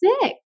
sick